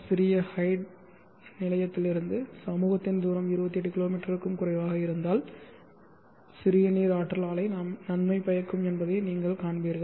சிறிய ஹைட் நிலையத்திலிருந்து சமூகத்தின் தூரம் 28 கிலோமீட்டருக்கும் குறைவாக இருந்தால் சிறிய நீர் ஆற்றல் ஆலை நன்மை பயக்கும் என்பதை நீங்கள் காண்பீர்கள்